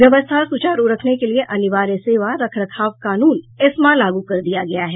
व्यवस्था सुचारू रखने के लिए अनिवार्य सेवा रख रखाव कानून एस्मा लागू कर दिया गया है